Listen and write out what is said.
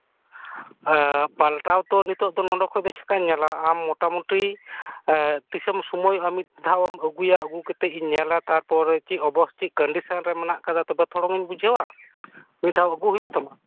ᱯᱟᱞᱴᱟᱣ ᱛᱚ ᱱᱤᱛᱚᱜ ᱫᱚ ᱱᱚᱰᱮ ᱠᱷᱚᱱᱫᱚ ᱪᱤᱠᱟᱹᱧ ᱧᱮᱞᱟ ᱟᱢ ᱢᱚᱴᱟᱢᱚᱴᱤ ᱛᱤᱥᱮᱢ ᱥᱳᱢᱳᱭᱚᱜᱼᱟ ᱢᱤᱫ ᱫᱷᱟᱣᱮᱢ ᱟᱹᱜᱩᱭᱟ ᱟᱹᱜᱩ ᱠᱟᱛᱮᱫ ᱤᱧ ᱧᱮᱞᱟ ᱛᱟᱨᱯᱚᱨ ᱪᱮᱫ ᱚᱵᱚᱥᱛᱷᱟ ᱪᱮᱫ ᱠᱚᱱᱤᱥᱮᱱ ᱨᱮ ᱢᱮᱱᱟᱜ ᱟᱠᱟᱫᱟ ᱛᱚᱵᱮ ᱛᱷᱚᱲᱟᱧ ᱵᱩᱡᱷᱟᱹᱣᱟ ᱢᱤᱫ ᱫᱷᱟᱣ ᱟᱹᱜᱩ ᱦᱳᱭᱳᱜ ᱛᱟᱢᱟ